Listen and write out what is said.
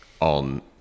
on